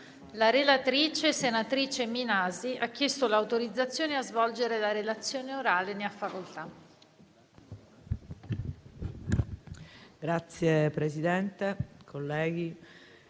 La relatrice, senatrice Murelli, ha chiesto l'autorizzazione a svolgere la relazione orale.